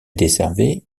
desservait